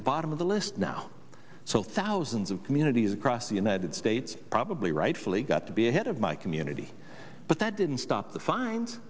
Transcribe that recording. the bottom of the list now so thousands of communities across the united states probably rightfully got to be ahead of my community but that didn't stop the fines